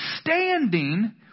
standing